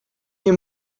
nie